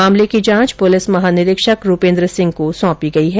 मामले की जांच पुलिस महानिरीक्षक रूपेन्द्र सिंह को सौंपी गई है